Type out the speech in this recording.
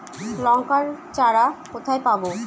লঙ্কার চারা কোথায় পাবো?